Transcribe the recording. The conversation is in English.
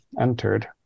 entered